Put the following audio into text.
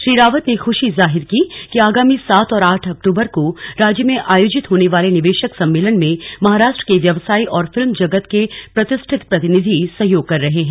श्री रावत ने ख्शी जाहिर की कि आगामी सात और आठ अक्टूबर को राज्य में आयोजित होने वाले निवेशक सम्मेलन में महाराष्ट्र के व्यवसायी और फिल्म जगत के प्रतिष्ठित प्रतिनिधि सहयोग कर रहे हैं